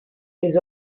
des